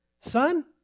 Son